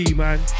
man